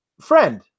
friend